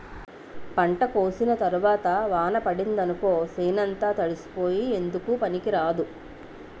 పంట కోసిన తరవాత వాన పడిందనుకో సేనంతా తడిసిపోయి ఎందుకూ పనికిరాదు